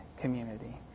community